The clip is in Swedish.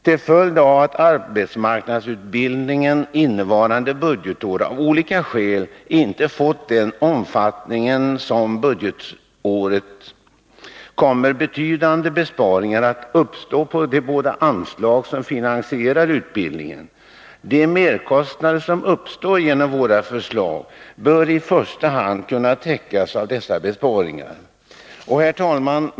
Till följd av att arbetsmarknadsutbildningen för budgetåret 1982/83 av olika skäl inte fått den omfattning som den har innevarande budgetår kommer betydande besparingar att uppstå på de båda anslag som finansierar utbildningen. De merkostnader som uppstår genom våra förslag bör i första hand kunna täckas av dessa besparingar. Herr talman!